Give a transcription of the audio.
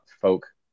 folk